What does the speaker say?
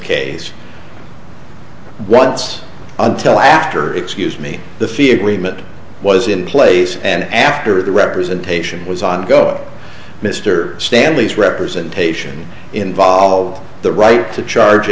case once until after excuse me the fear that was in place and after the representation was on go mr stanley's representation involved the right to charge